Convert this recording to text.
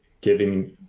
giving